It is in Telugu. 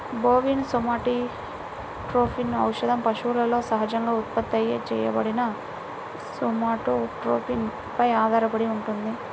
బోవిన్ సోమాటోట్రోపిన్ ఔషధం పశువులలో సహజంగా ఉత్పత్తి చేయబడిన సోమాటోట్రోపిన్ పై ఆధారపడి ఉంటుంది